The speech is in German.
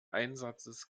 einsatzes